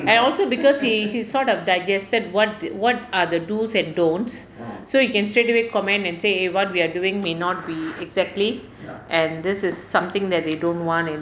and also because he he's sort of digested what what are the do's and don'ts so he can straightaway comment and say eh what we are doing may not be exactly and this is something that they don't want and